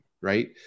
right